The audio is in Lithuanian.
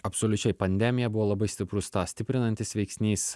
absoliučiai pandemija buvo labai stiprus tą stiprinantis veiksnys